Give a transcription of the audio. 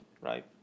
right